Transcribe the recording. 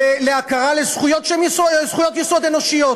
להכרה בזכויות שהן זכויות יסוד אנושיות.